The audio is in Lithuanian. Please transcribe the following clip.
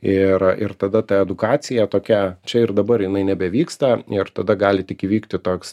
ir ir tada ta edukacija tokia čia ir dabar jinai nebevyksta ir tada gali tik įvykti toks